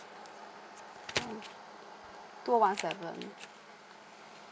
mm two O one seven